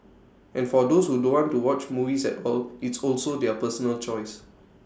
and for those who don't want to watch movies at all it's also their personal choice